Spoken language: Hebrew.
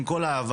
עם כל האהבה,